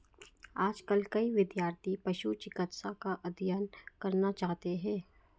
आजकल कई विद्यार्थी पशु चिकित्सा का अध्ययन करना चाहते हैं